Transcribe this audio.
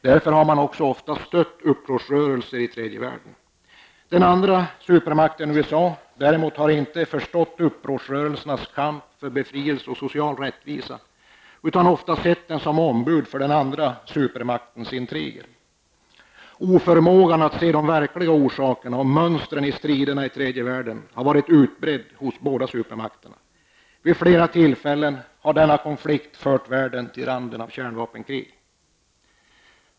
Därför har man ofta också stött upprorsrörelser i den tredje världen. Den andra supermakten USA, däremot, har inte förstått upprorsrörelsernas kamp för befrielse och social rättvisa utan ofta sett dem som ombud för den andra supermaktens intriger. Oförmågan att se de verkliga orsakerna och mönstren i striderna i tredje världen har varit utbredd hos båda supermakterna. Vid flera tillfällen har dessa konflikter fört världen till randen av kärnvapenkrig.